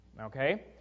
Okay